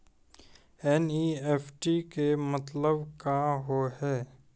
NEFT के मतलब का होव हेय?